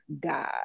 God